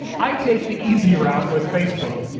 i take the easy route with facebook.